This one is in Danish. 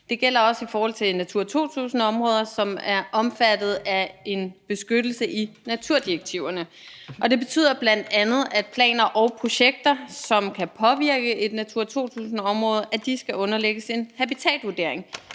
Det gælder også i forhold til Natura 2000-områder, som er omfattet af en beskyttelse i naturdirektiverne. Det betyder bl.a., at planer og projekter, som kan påvirke et Natura 2000-område, skal underlægges en habitatvurdering,